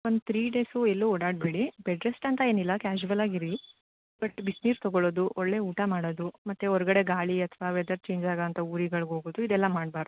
ಒಂದು three days ಎಲ್ಲೂ ಓಡಾಡಬೇಡಿ ಬೆಡ್ ರೆಸ್ಟ್ ಅಂತ ಏನಿಲ್ಲ ಕ್ಯಾಶ್ವಲ್ ಆಗಿರಿ ಬಟ್ ಬಿಸ್ನೀರು ತಗೋಳ್ಳೋದು ಒಳ್ಳೆಯ ಊಟ ಮಾಡೋದು ಮತ್ತು ಹೊರ್ಗಡೆ ಗಾಳಿ ಅಥ್ವಾ ವೆದರ್ ಚೇಂಜ್ ಆಗುವಂಥ ಊರುಗಳ್ಗೆ ಹೋಗೋದು ಇದೆಲ್ಲ ಮಾಡಬಾರ್ದು